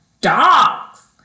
dogs